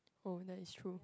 oh that is true